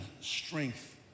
strength